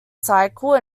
cycle